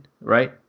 right